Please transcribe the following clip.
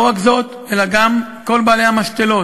לא רק זאת, אלא גם כל בעלי המשתלות,